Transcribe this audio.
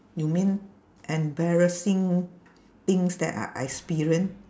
you mean embarrassing things that I experience